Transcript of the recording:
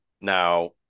now